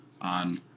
on